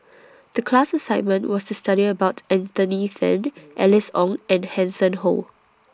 The class assignment was to study about Anthony Then Alice Ong and Hanson Ho